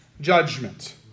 judgment